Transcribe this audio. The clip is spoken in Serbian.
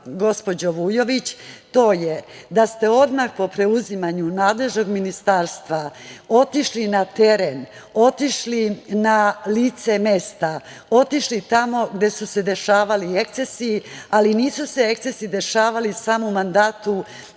gospođo Vujović, to je da ste odmah po preuzimanju nadležnog Ministarstva otišli na teren, otišli na lice mesta, otišli tamo gde su se dešavali ekcesi, ali nisu se ekcesi dešavali samo u mandatu ove